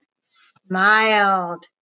smiled